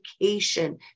education